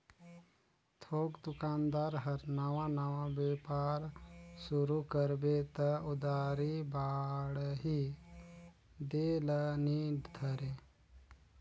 थोक दोकानदार हर नावा नावा बेपार सुरू करबे त उधारी बाड़ही देह ल नी धरे